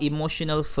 Emotional